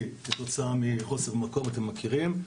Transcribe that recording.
כתוצאה מחוסר מקום כפי שאתם מכירים,